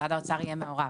משרד האוצר יהיה מעורב,